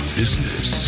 business